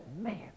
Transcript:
man